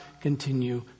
continue